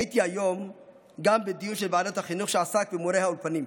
הייתי היום גם בדיון של ועדת החינוך שעסק במורי האולפנים,